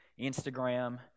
Instagram